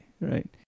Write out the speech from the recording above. right